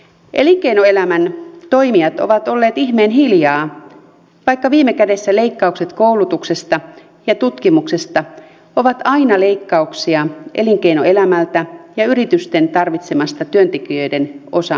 elinkeinoelämän toimijat ovat olleet ihmeen hiljaa vaikka viime kädessä leikkaukset koulutuksesta ja tutkimuksesta ovat aina leikkauksia elinkeinoelämältä ja yritysten tarvitsemasta työntekijöiden osaamisesta